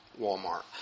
Walmart